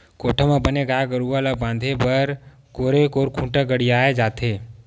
कोठा म बने गाय गरुवा मन ल बांधे बर कोरे कोर खूंटा गड़ियाये जाथे